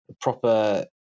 proper